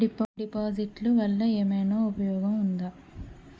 డిపాజిట్లు వల్ల ఏమైనా ఉపయోగం ఉందా?